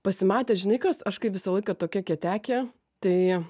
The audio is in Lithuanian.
pasimatė žinai kas aš kaip visą laiką tokia kietekė tai